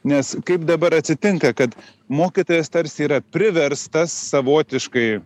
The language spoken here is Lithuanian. nes kaip dabar atsitinka kad mokytojas tarsi yra priverstas savotiškai